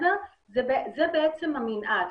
זה בעצם המנעד.